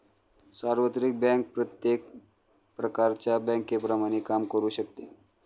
सार्वत्रिक बँक प्रत्येक प्रकारच्या बँकेप्रमाणे काम करू शकते